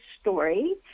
story